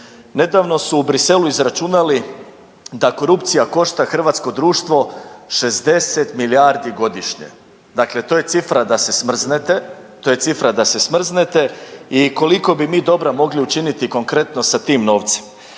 Nedavno su u Bruxellesu izračunali da korupcija košta hrvatsko društvo 60 milijardi godišnje. Dakle, to je cifra da se smrznete, to je cifra da se smrznete i koliko bi mi dobra mogli učiniti konkretno sa tim novcem.